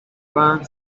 juan